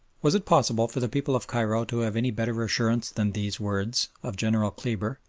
was it possible for the people of cairo to have any better assurance than these words of general kleber,